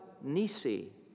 Nisi